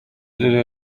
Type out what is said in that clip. rero